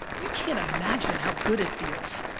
you can't imagine how good it feels,